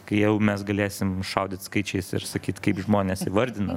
kai jau mes galėsim šaudyt skaičiais ir sakyt kaip žmonės įvardina